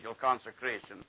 consecration